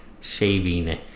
shaving